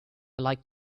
like